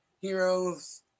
heroes